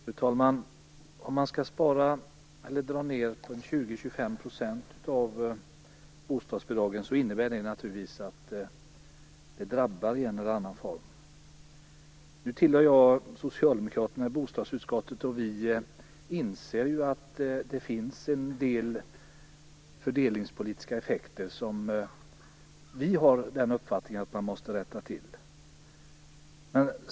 Fru talman! Om man skall dra ned bostadsbidragen med 20-25 % innebär det naturligtvis att det drabbar i en eller annan form. Jag tillhör socialdemokraterna i bostadsutskottet, och vi inser att det finns en del fördelningspolitiska effekter som enligt vår uppfattning måste rättas till.